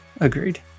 agreed